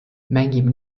mängib